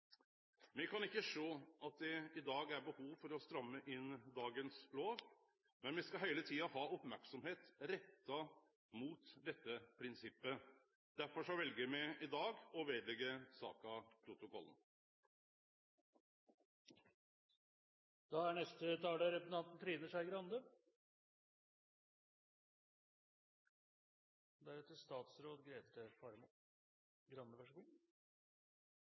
Me kan ikkje sjå at det i dag er behov for å stramme inn dagens lov, men me skal heile tida ha merksemd retta mot dette prinsippet. Derfor vel me i dag å leggje saka ved protokollen. Det henger alltid en litt ond fare over alt som vi er enige om når det gjelder prinsipper. Når det så